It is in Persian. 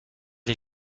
این